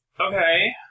Okay